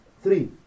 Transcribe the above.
Three